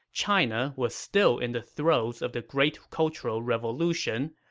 china was still in the throes of the great cultural revolution,